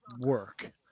work